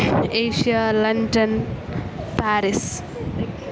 Asia London പരിസ്